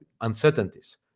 uncertainties